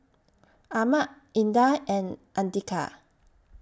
Ahmad Indah and Andika